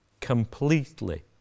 completely